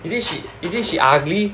is it she ugly